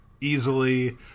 easily